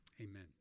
amen